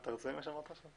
אתה מרוצה ממה שנאמר עכשיו?